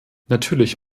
natürlich